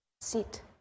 sit